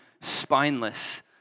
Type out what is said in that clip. spineless